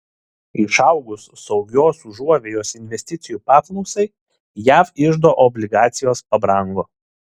išaugus saugios užuovėjos investicijų paklausai jav iždo obligacijos pabrango